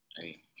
hey